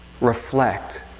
reflect